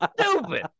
stupid